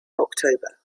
october